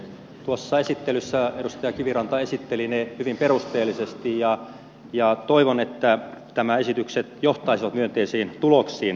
tuossa esittelyssä edustaja kiviranta esitteli ne hyvin perusteellisesti ja toivon että nämä esitykset johtaisivat myönteisiin tuloksiin